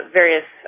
various